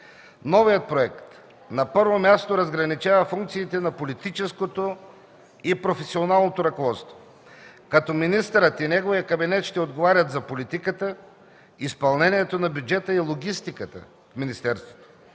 Новият проект, на първо място, разграничава функциите на политическото и професионалното ръководство, като министърът и неговият кабинет ще отговарят за политиката, изпълнението на бюджета и логистиката в министерството,